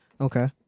Okay